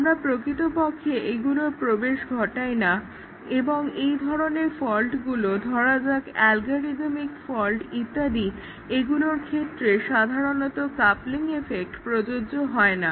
আমরা প্রকৃতপক্ষে এগুলোর প্রবেশ ঘটাই না এবং এই ধরনের ফল্টগুলো ধরা যাক অ্যালগোরিদমিক ফল্ট ইত্যাদি এগুলোর ক্ষেত্রে সাধারণত কাপলিং ইফেক্ট প্রযোজ্য হয় না